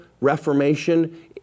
reformation